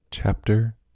Chapter